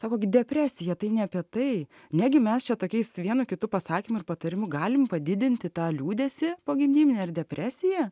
sako gi depresija tai ne apie tai negi mes čia tokiais vienu kitu pasakymu ir patarimu galim padidinti tą liūdesį pogimdyminė ir depresija